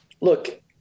look